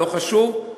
לא חשוב,